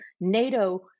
NATO